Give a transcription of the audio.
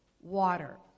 water